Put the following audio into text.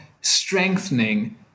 strengthening